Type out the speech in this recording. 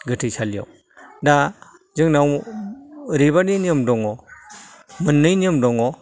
गोथै सालियाव दा जोंनाव ओरैबायदि नियम दङ मोन्नै नियम दङ